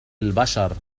البشر